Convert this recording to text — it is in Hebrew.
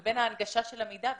לבין ההנגשה של המידע.